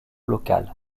local